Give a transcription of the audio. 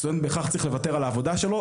זאת אומרת בהכרח צריך לוותר על העבודה שלו,